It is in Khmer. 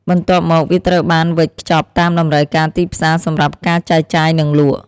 បន្ទាប់មកវាត្រូវបានវេចខ្ចប់តាមតម្រូវការទីផ្សារសម្រាប់ការចែកចាយ និងលក់។